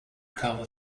cover